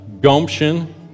gumption